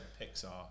pixar